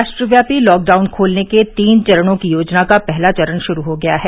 राष्ट्रव्यापी लॉकडाउन खोलने के तीन चरणों की योजना का पहला चरण शुरू हो गया है